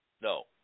No